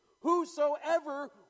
whosoever